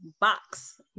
box